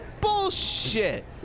Bullshit